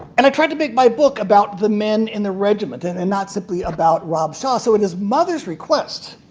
and i tried to make my book about the men in the regiment and and not simply about rob shaw. so and his mother's request,